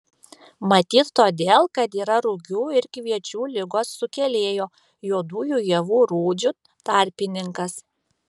matyt todėl kad yra rugių ir kviečių ligos sukėlėjo juodųjų javų rūdžių tarpininkas